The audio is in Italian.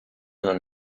non